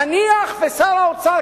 נניח ששר האוצר,